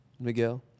Miguel